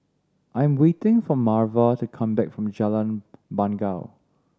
I'm waiting for Marva to come back from Jalan Bangau